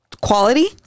quality